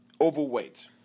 overweight